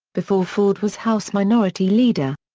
before ford was house minority leader.